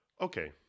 Okay